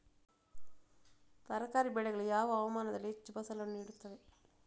ತರಕಾರಿ ಬೆಳೆಗಳು ಯಾವ ಹವಾಮಾನದಲ್ಲಿ ಹೆಚ್ಚು ಫಸಲನ್ನು ನೀಡುತ್ತವೆ?